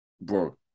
bro